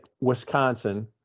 wisconsin